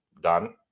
done